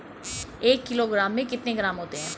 एक किलोग्राम में कितने ग्राम होते हैं?